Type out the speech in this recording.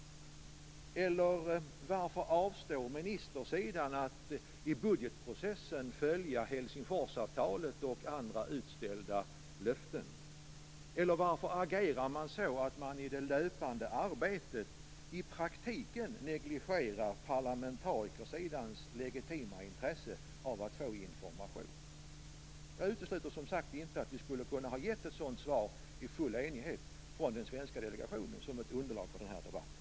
Varför avstår ministersidan från att i budgetprocessen följa Helsingforsavtalet och andra utställda löften? Varför agerar man så att man i det löpande arbetet i praktiken negligerar parlamentarikersidans legitima intresse av att få information? Jag utesluter som sagt inte att vi hade kunnat ge ett sådant svar i full enighet från den svenska delegationen som ett underlag för den här debatten.